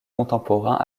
contemporain